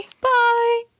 Bye